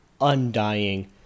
undying